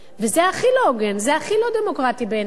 וזה הכי לא הוגן, זה הכי לא דמוקרטי בעיני.